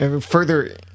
further